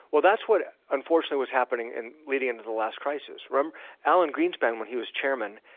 well that's what unfortunately was happening and leading into the last crisis. um alan greenspan when he was chairman,